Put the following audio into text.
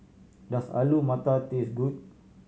does Alu Matar taste good